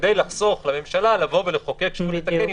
כדי לחסוך לממשלה לחוקק שוב ולתקן,